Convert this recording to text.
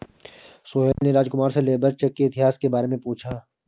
सोहेल ने राजकुमार से labour check के इतिहास के बारे में पूछा